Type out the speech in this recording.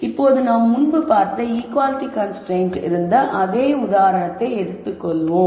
இப்போது நாம் முன்பு பார்த்த ஈகுவாலிட்டி கன்ஸ்ரைன்ட் இருந்த அதே உதாரணத்தை எடுத்துக்கொள்வோம்